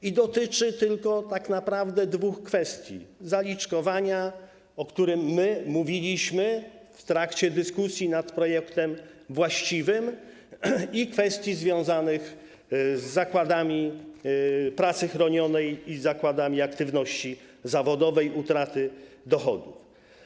I dotyczy tylko tak naprawdę dwóch kwestii, tj. zaliczkowania, o którym mówiliśmy w trakcie dyskusji nad projektem właściwym, i kwestii związanych z zakładami pracy chronionej i zakładami aktywności zawodowej, utraty dochodu.